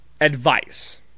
Advice